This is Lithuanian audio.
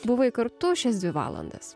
buvai kartu šias dvi valandas